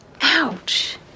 ouch